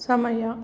ಸಮಯ